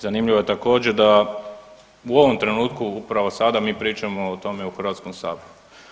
Zanimljivo je također da u ovom trenutku upravo sada mi pričamo o tome u HS-u.